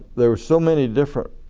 there were so many different